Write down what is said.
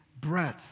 bread